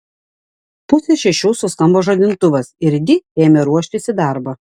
pusę šešių suskambo žadintuvas ir di ėmė ruoštis į darbą